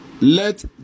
Let